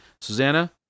Susanna